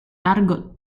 tardo